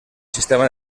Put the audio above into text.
sistema